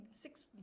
six